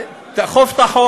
תאכוף את החוק.